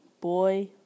Boy